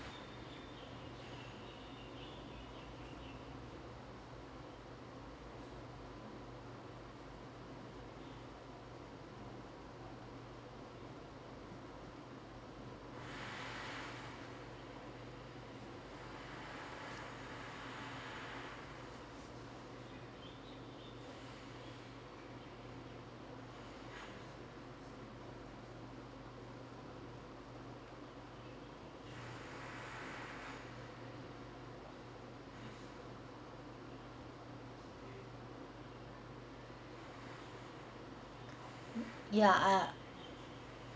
ya ah